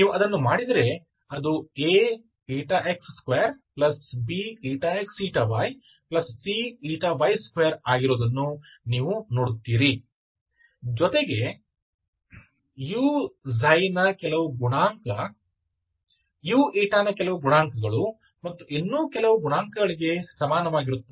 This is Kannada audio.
ನೀವು ಅದನ್ನು ಮಾಡಿದರೆ ಅದು Ax2BxyCy2 ಆಗಿರುವುದನ್ನು ನೀವು ನೋಡುತ್ತೀರಿ ಜೊತೆಗೆ u ನ ಕೆಲವು ಗುಣಾಂಕ u ನ ಕೆಲವು ಗುಣಾಂಕಗಳು ಮತ್ತು ಇನ್ನೂ ಕೆಲವು ಗುಣಾಂಕಗಳಿಗೆ ಸಮಾನವಾಗಿರುತ್ತದೆ